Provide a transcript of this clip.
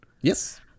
Yes